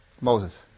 Moses